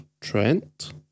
Trent